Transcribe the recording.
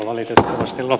arvoisa puhemies